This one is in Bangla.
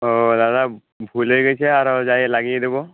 ও দাদা ভুল হয়ে গিয়েছে আরও যেয়ে লাগিয়ে দেবো